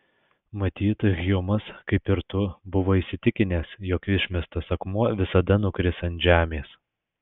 matyt hjumas kaip ir tu buvo įsitikinęs jog išmestas akmuo visada nukris ant žemės